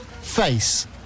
Face